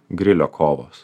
grilio kovos